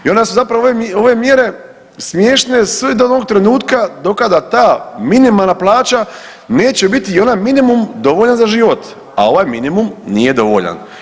I onda su zapravo ove mjere smiješne sve do onog trenutka do kada ta minimalna plaća neće biti i onaj minimum dovoljan za život, a ovaj minimum nije dovoljan.